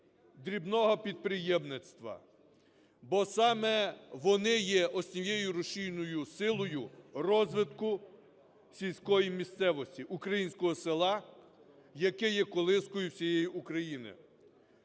дрібного підприємництва, бо саме вони є ось цією рушійною силою розвитку сільської місцевості, українського села, яке є колискою всієї України.